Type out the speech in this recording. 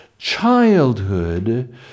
Childhood